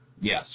Yes